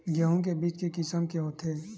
गेहूं के बीज के किसम के होथे?